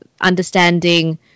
understanding